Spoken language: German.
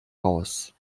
raus